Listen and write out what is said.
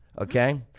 okay